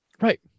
right